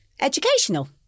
educational